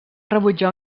rebutjar